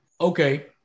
okay